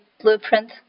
blueprint